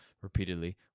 repeatedly